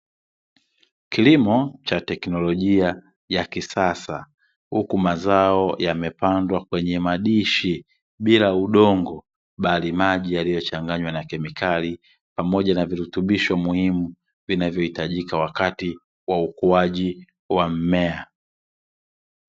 Kilimo cha teknolojia ya kisasa huku mazao yamepandwa kwenye madishi bila udongo, bali maji yaliyochanganywa na kemikali pamoja na virutubisho muhimu, vinavyohitajika wakati wa ukuaji wa mmea.